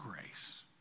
grace